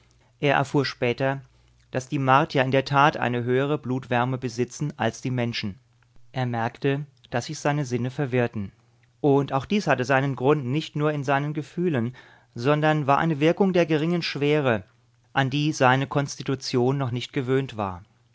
er erfuhr später daß die martier in der tat eine höhere blutwärme besitzen als die menschen er merkte daß sich seine sinne verwirrten und auch dies hatte seinen grund nicht nur in seinen gefühlen sondern war eine wirkung der geringen schwere an die seine konstitution noch nicht gewöhnt war